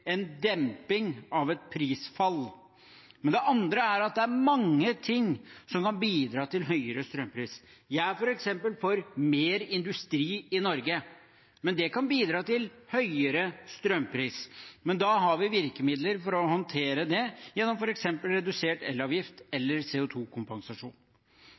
en demping av et prisfall. Det andre er at det er mange ting som kan bidra til høyere strømpris. Jeg er f.eks. for mer industri i Norge. Det kan bidra til høyere strømpris, men da har vi virkemidler for å håndtere det, gjennom f.eks. redusert elavgift